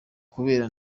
kubera